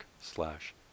slash